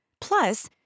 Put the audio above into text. Plus